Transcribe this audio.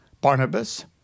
Barnabas